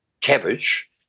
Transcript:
cabbage